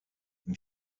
them